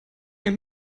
hier